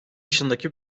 yaşındaki